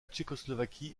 tchécoslovaquie